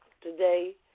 today